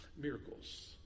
miracles